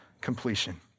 completion